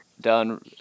done